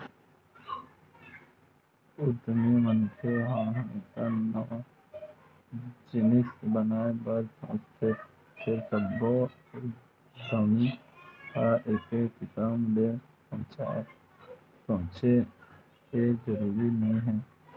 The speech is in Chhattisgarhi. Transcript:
उद्यमी मनखे ह हमेसा नवा जिनिस बनाए बर सोचथे फेर सब्बो उद्यमी ह एके किसम ले सोचय ए जरूरी नइ हे